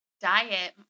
diet